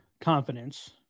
confidence